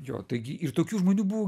jo taigi ir tokių žmonių buvo